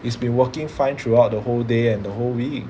it's been working fine throughout the whole day and the whole week